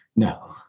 No